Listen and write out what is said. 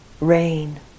rain